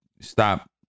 stop